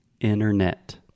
internet